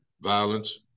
violence